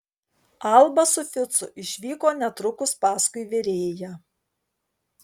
alba su ficu išvyko netrukus paskui virėją